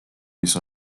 mis